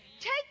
Take